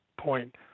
point